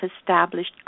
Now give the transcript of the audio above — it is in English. established